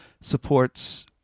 supports